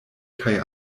kaj